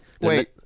Wait